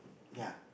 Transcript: ya